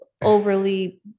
overly